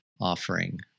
offering